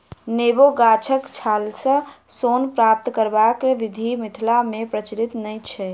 नेबो गाछक छालसँ सोन प्राप्त करबाक विधि मिथिला मे प्रचलित नै अछि